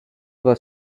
were